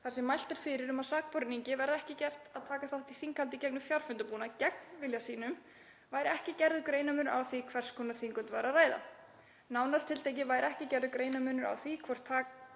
gr. frumvarpsins, um að sakborningi verði ekki gert að taka þátt í þinghaldi í gegnum fjarfundarbúnað gegn vilja sínum, væri ekki gerður greinarmunur á því um hvers konar þinghöld væri að ræða. Nánar tiltekið væri ekki gerður greinarmunur á því hvort taka